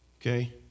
Okay